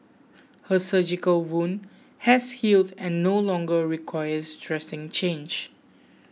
her surgical wound has healed and no longer requires dressing change